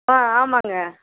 ஆ ஆமாங்க